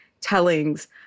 tellings